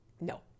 No